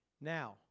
now